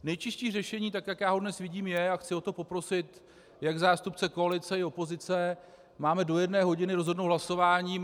Nejčistší řešení, tak jak je dneska vidím, je, a chci o to poprosit jak zástupce koalice, tak i opozice máme do jedné hodiny rozhodnout hlasování.